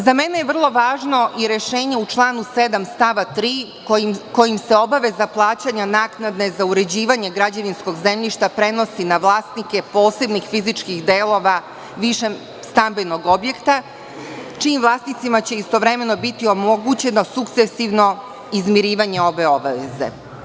Za mene je vrlo važno i rešenje u članu 7. stava 3. kojim se obaveza plaćanja naknade za uređivanje građevinskog zemljišta prenosi na vlasnike posebnih fizičkih delova višeg stambenog objekta, čijim vlasnicima će istovremeno biti omogućeno sukcesivno izmirivanje ove obaveze.